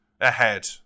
ahead